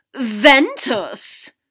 Ventus